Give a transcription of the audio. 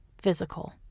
physical